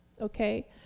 Okay